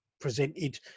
presented